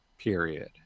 period